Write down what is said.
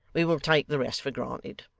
we will take the rest for granted